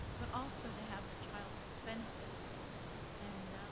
but also to have the child's benefits and